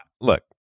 look